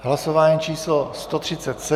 Hlasování číslo 137.